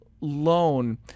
loan